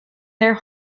their